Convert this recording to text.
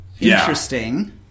interesting